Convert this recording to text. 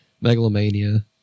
Megalomania